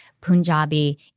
Punjabi